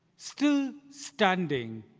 still standing.